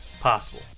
possible